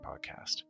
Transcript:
Podcast